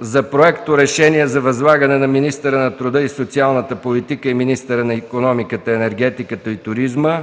за Проекторешение за възлагане на министъра на труда и социалната политика и министъра на икономиката, енергетиката и туризма